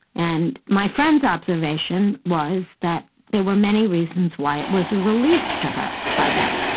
and my friend's observation was that there were many reasons why it was a relief to her by then.